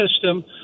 system